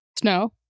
Snow